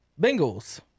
Bengals